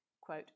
Quote